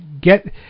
get